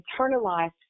internalized